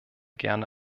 gerne